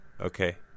okay